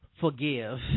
forgive